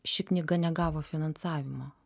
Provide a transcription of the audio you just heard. ši knyga negavo finansavimo